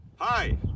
Hi